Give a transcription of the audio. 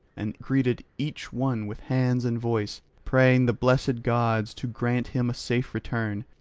and greeted each one with hands and voice, praying the blessed gods to grant him a safe return.